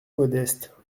modestes